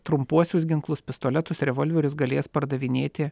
trumpuosius ginklus pistoletus revolverius galės pardavinėti